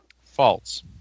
false